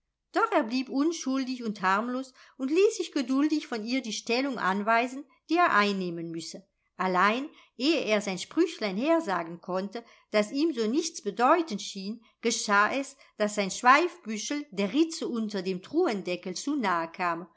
doch er blieb unschuldig und harmlos und ließ sich geduldig von ihr die stellung anweisen die er einnehmen müsse allein ehe er sein sprüchlein hersagen konnte das ihm so nichtsbedeutend schien geschah es daß sein schweifbüschel der ritze unter dem truhendeckel zu nahe kam